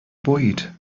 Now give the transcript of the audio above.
bwyd